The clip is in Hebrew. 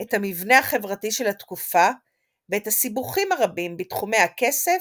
את המבנה החברתי של התקופה ואת הסיבוכים הרבים בתחומי הכסף,